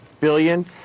billion